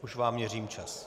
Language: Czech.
Už vám měřím čas.